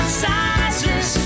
sizes